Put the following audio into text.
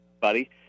buddy